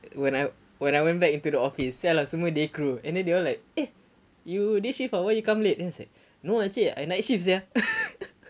when I when I went back into the office sia lah semua day crew and then they all like eh you this shift what why you come late then I was like no encik I night shift sia